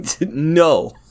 No